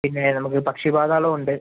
പിന്നെ നമ്മക്ക് ഒരു പക്ഷി പാതാളം ഉണ്ട്